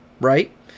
right